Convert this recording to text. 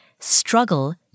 struggle